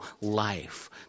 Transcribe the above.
life